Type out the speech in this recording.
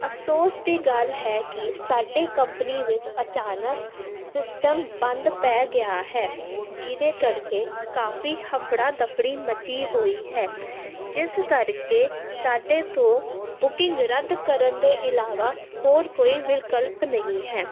ਅਫਸੋਸ ਦੀ ਗੱਲ ਹੈ ਕਿ ਸਾਡੇ ਕੰਪਨੀ ਵਿੱਚ ਅਚਾਨਕ ਸਿਸਟਮ ਬੰਦ ਪੈ ਗਿਆ ਹੈ ਜਿਹਦੇ ਕਰਕੇ ਕਾਫ਼ੀ ਹਫੜਾ ਦਫੜੀ ਮਚੀ ਹੋਈ ਹੈ ਜਿਸ ਕਰਕੇ ਸਾਡੇ ਤੋਂ ਬੁਕਿੰਗ ਰੱਦ ਕਰਨ ਦੇ ਇਲਾਵਾ ਹੋਰ ਕੋਈ ਵਿਕਲਪ ਨਹੀਂ ਹੈ